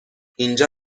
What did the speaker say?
اینجا